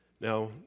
Now